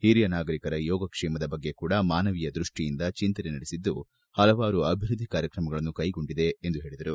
ಹಿರಿಯ ನಾಯಕರ ಯೋಗಕ್ಷೇಮದ ಬಗ್ಗೆ ಕೂಡ ಮಾನವೀಯ ದೃಷ್ಠಿಯಿಂದ ಚಿಂತನೆ ನಡೆಸಿದ್ದು ಹಲವಾರು ಅಭಿವೃದ್ದಿ ಕಾರ್ಯಕ್ರಮಗಳನ್ನು ಕೈಗೊಂಡಿದೆ ಎಂದು ಹೇಳಿದರು